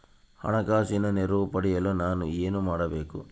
ಹಣಕಾಸಿನ ನೆರವು ಪಡೆಯಲು ನಾನು ಏನು ಮಾಡಬೇಕು?